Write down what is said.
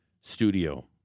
Studio